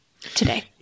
today